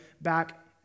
back